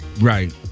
right